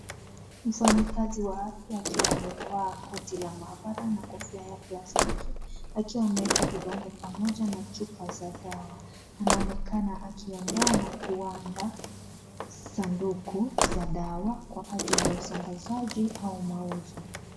Mfanyikazi wa afya akiwa amevaa koti la mahabara na kofia ya plastiki, akiwa ameweka vidonge pamoja na Chupa za dawa. Anaonekana aakiondoa na kuandaa sanduku za dawa kwa ajili ya usambazaji au mauzo.